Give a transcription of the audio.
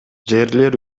жерлер